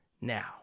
now